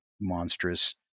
monstrous